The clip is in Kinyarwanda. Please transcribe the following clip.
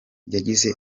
yagize